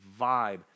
vibe